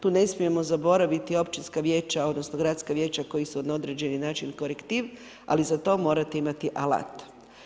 Tu ne smijemo zaboraviti općinska vijeća, odnosno gradska vijeća koji su na određeni način korektiv, ali za to morate imati alata.